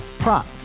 Prop